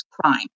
crime